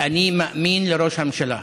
אני מאמין לראש הממשלה.